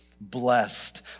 Blessed